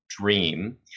dream